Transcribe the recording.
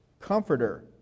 comforter